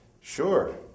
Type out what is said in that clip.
Sure